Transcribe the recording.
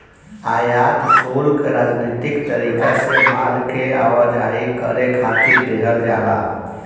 आयात शुल्क राजनीतिक तरीका से माल के आवाजाही करे खातिर देहल जाला